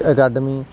academy